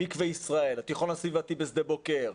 מקווה ישראל, התיכון הסביבתי בשדה בוקר,